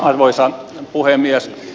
arvoisa puhemies